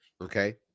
okay